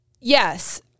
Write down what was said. yes